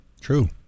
True